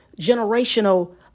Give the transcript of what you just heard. generational